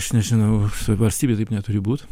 aš nežinau valstybėj taip neturi būt